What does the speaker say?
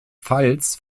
pfalz